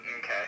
Okay